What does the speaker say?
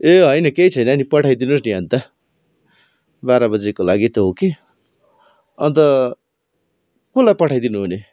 ए होइन केही छैन नि पठाइदिनु नि अन्त बाह्र बजीको लागि त हो कि अन्त कसलाई पठाइदिनु हुने